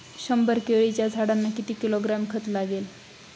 शंभर केळीच्या झाडांना किती किलोग्रॅम खत लागेल?